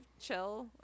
chill